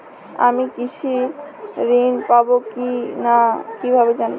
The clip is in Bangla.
আমি কৃষি ঋণ পাবো কি না কিভাবে জানবো?